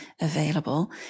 available